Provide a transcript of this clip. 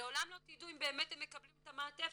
לעולם לא תדעו אם באמת הם מקבלים את המעטפת.